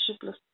plus